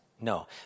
No